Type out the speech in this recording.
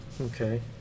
Okay